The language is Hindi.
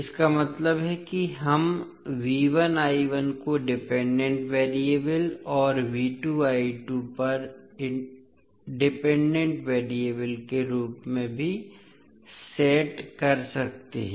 इसका मतलब है कि हम को डिपेंडेंट वेरिएबल और पर डिपेंडेंट वेरिएबल के रूप में भी सेट कर सकते हैं